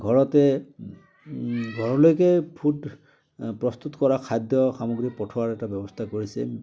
ঘৰতে ঘৰলৈকে ফুড প্ৰস্তুত কৰা খাদ্য় সামগ্ৰী পঠোৱাৰ এটা ব্য়ৱস্থা কৰিছে